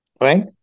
Right